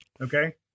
Okay